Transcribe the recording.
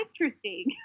interesting